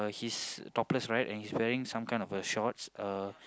he's topless right and he's wearing some kind of a shorts uh